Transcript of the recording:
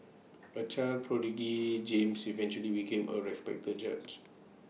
A child prodigy James eventually became A respected judge